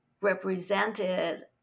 represented